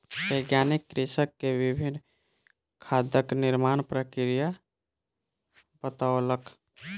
वैज्ञानिक कृषक के विभिन्न खादक निर्माण प्रक्रिया बतौलक